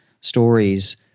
stories